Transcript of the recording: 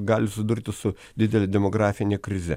gali susidurti su didele demografine krize